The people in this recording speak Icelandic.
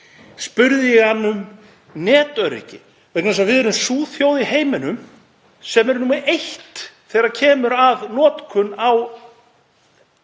spurði ég ráðherra um netöryggi vegna þess að við erum sú þjóð í heiminum sem er nr. 1 þegar kemur að notkun á